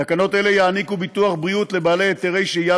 תקנות אלה יעניקו ביטוח בריאות לבעלי היתרי שהייה